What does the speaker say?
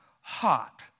hot